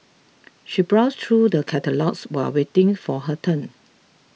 she browsed through the catalogues while waiting for her turn